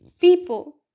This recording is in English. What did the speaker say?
people